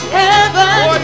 heaven